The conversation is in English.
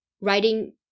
writing